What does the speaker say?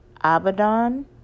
abaddon